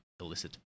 illicit